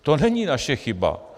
To není naše chyba.